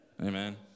Amen